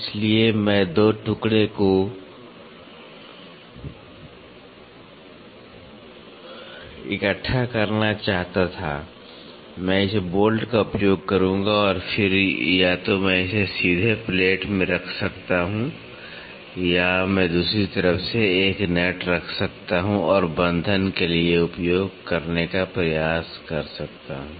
इसलिए मैं 2 टुकड़े को इकट्ठा करना चाहता था मैं इस बोल्ट का उपयोग करूंगा और फिर या तो मैं इसे सीधे प्लेट में रख सकता हूं या मैं दूसरी तरफ एक नट रख सकता हूं और बन्धन के लिए उपयोग करने का प्रयास कर सकता हूं